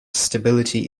stability